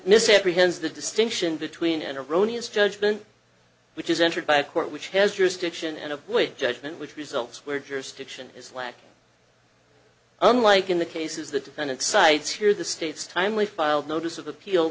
misapprehend the distinction between an erroneous judgment which is entered by a court which has jurisdiction and a way judgment which results where jurisdiction is lack unlike in the cases the defendant sides here the state's timely filed notice of appeal